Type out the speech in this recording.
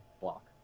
Block